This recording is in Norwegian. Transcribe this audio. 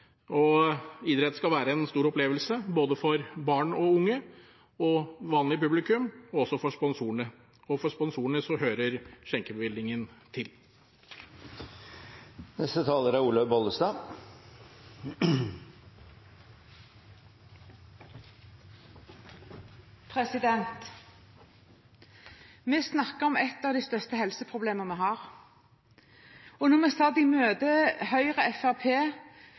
spørsmålet. Idrett skal være en stor opplevelse for både barn, unge og vanlig publikum, og også for sponsorene, og for sponsorene hører skjenkebevillingen til. Vi snakker om et av de største helseproblemene vi har. Da vi, Høyre, Fremskrittspartiet, Venstre og Kristelig Folkeparti, satt i møte,